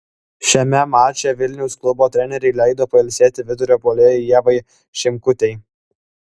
šiame mače vilniaus klubo trenerei leido pailsėti vidurio puolėjai ievai šimkutei